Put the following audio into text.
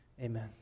Amen